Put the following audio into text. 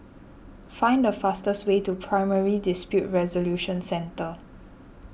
find the fastest way to Primary Dispute Resolution Centre